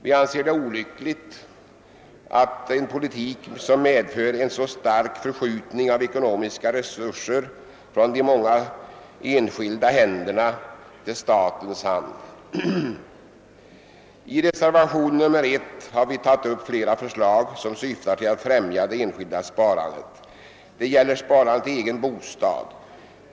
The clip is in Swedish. Vi anser det olyckligt med en politik som medför en så stark förskjutning av ekonomiska resurser från de många enskilda händerna till statens hand. I reservationen I har vi tagit upp flera förslag som syftar till att främja det enskilda sparandet. Det gäller sparande till egen bostad.